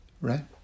right